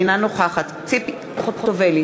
אינה נוכחת ציפי חוטובלי,